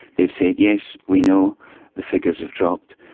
they've said, yes, we know the figures have dropped,